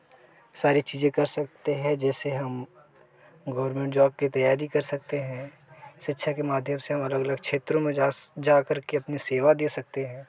सारी चीज़ें कर सकते हैं जैसे हम गोवर्मेंट जॉब की तैयारी कर सकते हैं सिच्छा के माध्यम से हम अलग अलग क्षेत्रों में जा जा करके अपनी सेवा दे सकते हैं